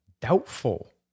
doubtful